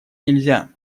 нельзя